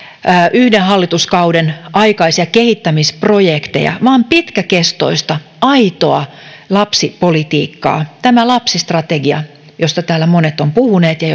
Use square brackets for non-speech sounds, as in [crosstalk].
yhden hallituskauden aikaisia kehittämisprojekteja vaan pitkäkestoista aitoa lapsipolitiikkaa tämä lapsistrategia josta täällä monet ovat puhuneet ja [unintelligible]